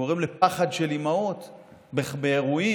גורם לפחד של אימהות באירועים,